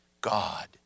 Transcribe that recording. God